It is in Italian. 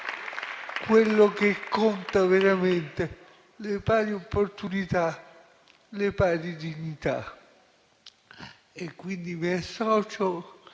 quello che conta veramente: le pari opportunità, le pari dignità. Quindi mi associo,